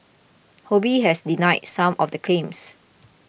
Ho Bee has denied some of the claims